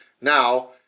Now